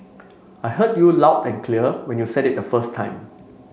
I heard you loud and clear when you said it the first time